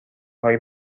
های